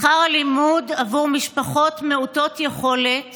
שכר הלימוד עבור משפחות מעוטות יכולות